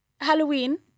halloween